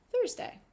Thursday